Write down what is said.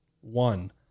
One